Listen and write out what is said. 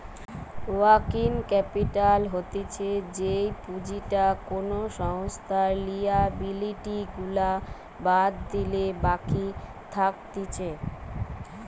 working capital হতিছে যেই পুঁজিটা কোনো সংস্থার লিয়াবিলিটি গুলা বাদ দিলে বাকি থাকতিছে